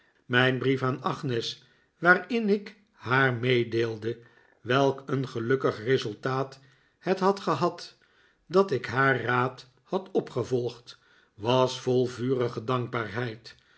mijn brief aan agnes waarin ik haar meedeelde welk een gelukkig resultaat het had gehad dat ik haar raad had opgevolgd was vol vurige dankbaarheid